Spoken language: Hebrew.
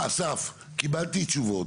סליחה אסף, קיבלתי תשובות.